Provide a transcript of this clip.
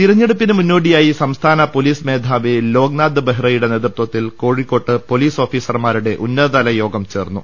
തിരഞ്ഞെടുപ്പിന് മുന്നോടിയായി സ്ംസ്ഥാന പൊലീസ് മേധാവി ലോക്നാഥ് ബെഹ്റയുടെ നേതൃത്വത്തിൽ കോഴിക്കോട്ട് പൊലീസ് ഓഫീ സർമാരുടെ ഉന്നതതല യോഗം ചേർന്നു